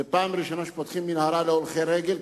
זו הפעם הראשונה שפותחים מנהרה להולכי רגל,